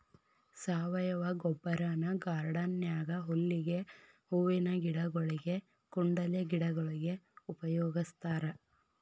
ಸಾವಯವ ಗೊಬ್ಬರನ ಗಾರ್ಡನ್ ನ್ಯಾಗ ಹುಲ್ಲಿಗೆ, ಹೂವಿನ ಗಿಡಗೊಳಿಗೆ, ಕುಂಡಲೆ ಗಿಡಗೊಳಿಗೆ ಉಪಯೋಗಸ್ತಾರ